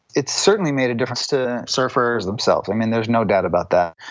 it's certainly made a difference to surfers themselves, um and there is no doubt about that.